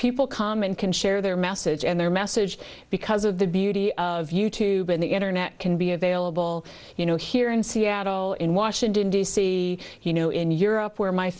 people come and can share their message and their message because of the beauty of you tube and the internet can be available you know here in seattle in washington d c you know in europe where my